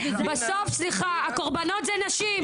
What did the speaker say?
בסוף הקורבנות הן נשים,